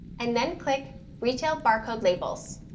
and then click retail barcode labels.